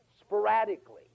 sporadically